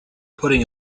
putting